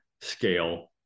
scale